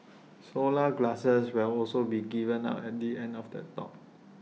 solar glasses will also be given out at the end of the talk